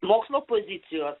mokslo pozicijos